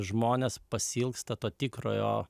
žmonės pasiilgsta to tikrojo